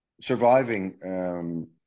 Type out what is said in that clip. surviving